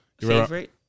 Favorite